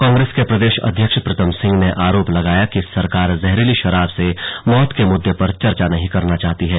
कांग्रेस के प्रदेश अध्यक्ष प्रीतम सिंह ने आरोप लगाया कि सरकार जहरीली शराब से मौत के मुद्दे पर चर्चा नहीं करना चाहती है